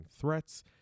threats